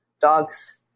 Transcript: dogs